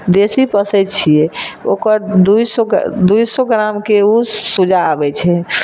देशी पोसैत छियै ओकर दुइ सए दुइ सए ग्रामके ओ चुजा आबैत छै